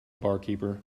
barkeeper